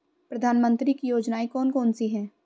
प्रधानमंत्री की योजनाएं कौन कौन सी हैं?